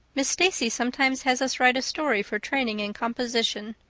miss stacy sometimes has us write a story for training in composition,